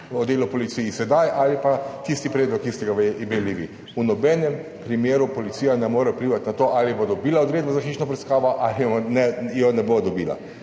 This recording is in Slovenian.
o delu v policiji sedaj ali pa tisti predlog, ki ste ga imeli vi, v nobenem primeru policija ne more vplivati na to ali bo dobila odredbo za hišno preiskavo ali ne. Jo ne bo dobila